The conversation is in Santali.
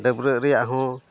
ᱰᱟᱹᱵᱽᱨᱟᱹᱜ ᱨᱮᱭᱟᱜ ᱦᱚᱸ